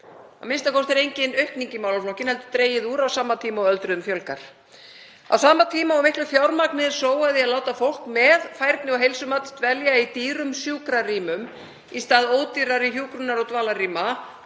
a.m.k. er engin aukning í málaflokkinn heldur er dregið úr á sama tíma og öldruðum fjölgar. Á sama tíma og miklu fjármagni er sóað í að láta fólk með færni- og heilsumat dvelja í dýrum sjúkrarýmum í stað ódýrari hjúkrunar- og dvalarrýma,